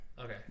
Okay